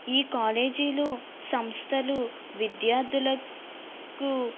ఈ కాలేజీలు సంస్థలు విద్యార్థులకు